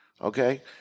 Okay